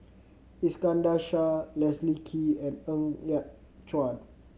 Iskandar Shah Leslie Kee and Ng Yat Chuan